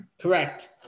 Correct